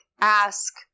ask